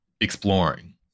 exploring